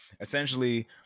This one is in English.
essentially